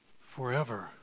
forever